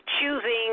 choosing